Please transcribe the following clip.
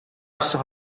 явсан